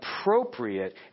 appropriate